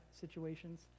situations